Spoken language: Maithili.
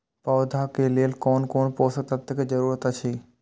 पौधा के लेल कोन कोन पोषक तत्व के जरूरत अइछ?